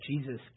Jesus